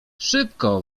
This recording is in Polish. szybko